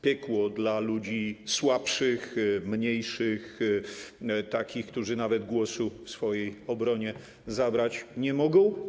Piekło dla ludzi słabszych, mniejszych, takich, którzy nawet głosu w swojej obronie zabrać nie mogą.